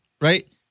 right